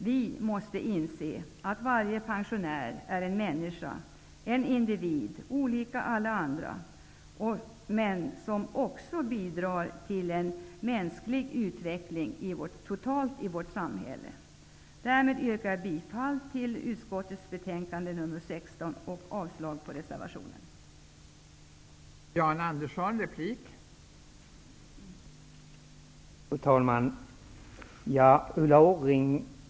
Vi måste inse att varje pensionär är en människa, en individ olik alla andra, som också bidrar till en mänsklig utveckling i vårt samhälle. Därmed yrkar jag bifall till hemställan i utskottets betänkande nr